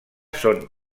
són